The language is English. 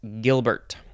Gilbert